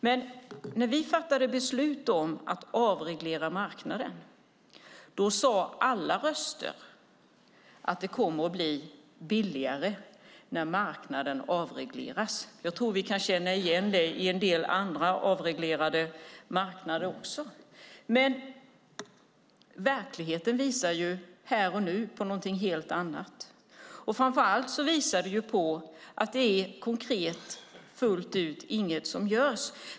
Men när vi fattade beslut om att avreglera marknaden sade alla röster att det blir billigare när marknaden avregleras. Jag tror att vi kan känna igen detta även i en del andra avreglerade marknader. Verkligheten visar dock här och nu på någonting helt annat. Framför allt visar den att ingenting konkret görs.